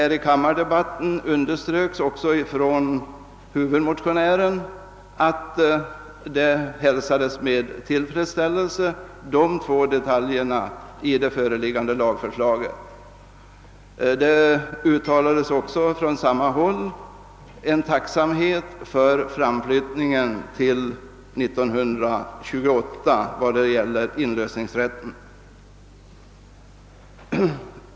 I kammardebatten underströk också huvudmotionären att dessa två detaljer i lagförslaget hälsades med tillfredsställelse, och vidare uttrycktes från samma håll tacksamhet över framflyitningen till 1928 i fråga om inlösningsrätten.